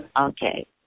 okay